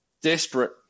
desperate